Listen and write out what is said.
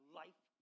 life